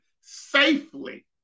safely